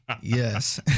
Yes